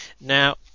Now